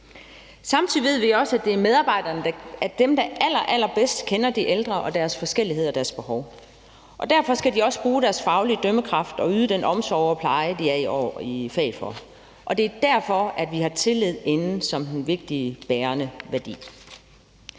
Samtidig ved vi også, at medarbejderne er dem, der allerallerbedst kender de ældre, deres forskelligheder og deres behov. Derfor skal de også bruge deres faglige dømmekraft og yde den omsorg og pleje, de er i faget for. Det er derfor, vi har tillid inde som en vigtig bærende værdi.